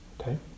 okay